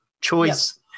choice